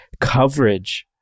coverage